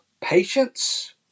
Patience